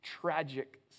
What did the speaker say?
tragic